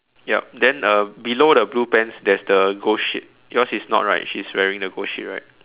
yup then uh below the blue pants there's the ghost sheet your is not right she's wearing the ghost sheet right